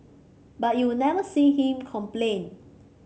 but you will never see him complain